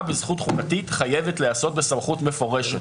בזכות חוקתית חייבת להיעשות בסמכות מפורשת,